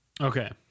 Okay